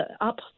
up